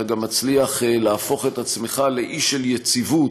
אתה גם מצליח להפוך את עצמך לאי של יציבות